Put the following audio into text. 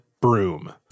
broom